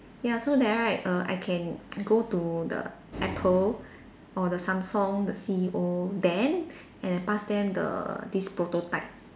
ya so that right err I can go to the Apple or the Samsung the C_E_O then and I pass them the this prototype